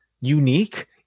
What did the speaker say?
unique